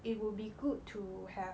it would be good to have